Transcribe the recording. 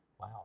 Wow